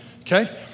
okay